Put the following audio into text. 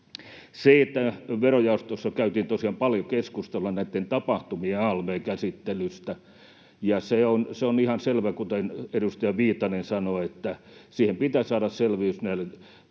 Verojaostossa käytiin tosiaan paljon keskustelua tapahtumien alv:n käsittelystä, ja se on ihan selvä, kuten edustaja Viitanen sanoi, että siihen pitää saada selvyys näille